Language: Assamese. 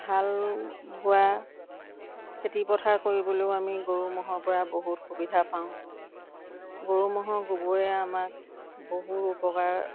হাল বোৱা খেতি পথাৰ কৰিবলৈও আমি গৰু ম'হৰ পৰা বহুত সুবিধা পাওঁ গৰু ম'হৰ গোবৰে আমাক বহু উপকাৰ